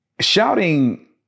Shouting